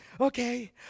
Okay